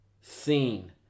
Seen